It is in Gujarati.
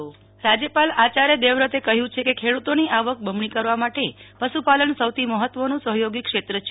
નહલ ઠકકર રાજયપાલ રાજ્યપાલ આચાર્ય દેવવ્રતે કહ્યું છે કે ખેડૂતોની આવક બમણી કરવા માટે પશુપાલન સૌથી મફત્વનું સફચોગી ક્ષેત્ર છે